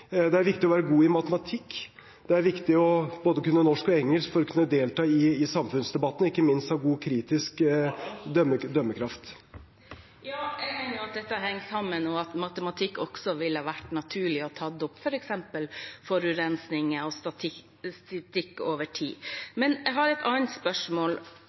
Det er viktig å være god i matematikk, det er viktig å kunne både norsk og engelsk for å kunne delta i samfunnsdebatten, og det er ikke minst viktig å ha god kritisk dømmekraft. Jeg mener jo at dette henger sammen, og at det i matematikk også ville vært naturlig å ta opp f.eks. forurensning og statistikk over tid. Jeg har et annet spørsmål: